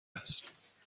است